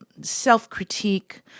self-critique